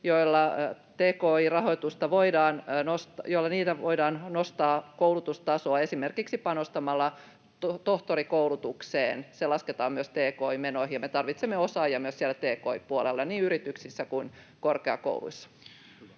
joilla tki-rahoituksella voidaan nostaa koulutustasoa, esimerkiksi panostamalla tohtorikoulutukseen. Se lasketaan myös tki-menoihin, ja me tarvitsemme osaajia myös siellä tki-puolella niin yrityksissä kuin korkeakouluissa.